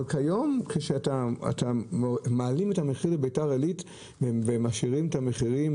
אבל כיום שמעלים את המחיר לביתר עילית ומשאירים את המחירים